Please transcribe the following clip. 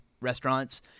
restaurants